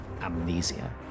amnesia